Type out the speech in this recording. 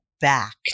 back